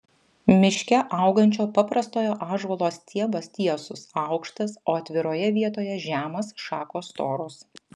miške augančio paprastojo ąžuolo stiebas tiesus aukštas o atviroje vietoje žemas šakos storos